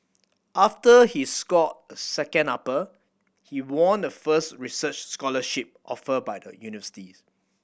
after he scored a second upper he won the first research scholarship offered by the universities